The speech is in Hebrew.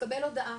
יקבל הודעה,